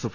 F